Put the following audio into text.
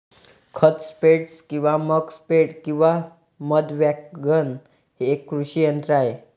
खत स्प्रेडर किंवा muck spreader किंवा मध वॅगन हे एक कृषी यंत्र आहे